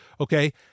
Okay